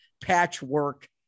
patchwork